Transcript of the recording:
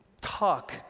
Talk